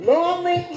Lonely